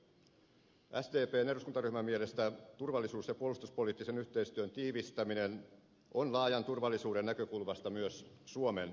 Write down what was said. sdpn eduskuntaryhmän mielestä turvallisuus ja puolustuspoliittisen yhteistyön tiivistäminen on laajan turvallisuuden näkökulmasta myös suomen etu